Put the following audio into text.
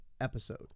episode